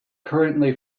currently